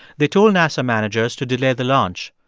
they told nasa managers to delay the launch.